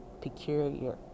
peculiar